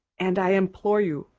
and i implore you,